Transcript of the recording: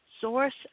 source